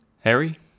Harry